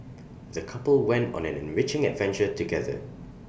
the couple went on an enriching adventure together